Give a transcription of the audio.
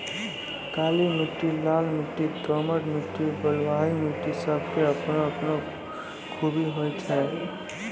काली मिट्टी, लाल मिट्टी, दोमट मिट्टी, बलुआही मिट्टी सब के आपनो आपनो खूबी होय छै